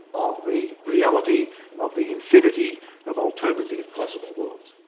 of the reality of the infinity of alternative possible worlds.